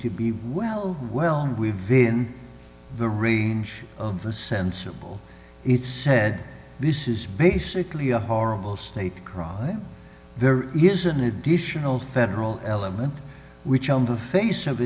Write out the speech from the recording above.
to be well well we very in the range of the sensible head this is basically a horrible state crime there is an additional federal element which on the face of